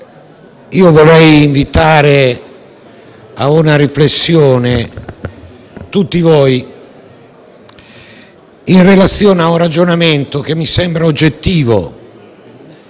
vorrei invitare a una riflessione tutti voi, in relazione a un ragionamento che mi sembra oggettivo.